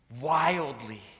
wildly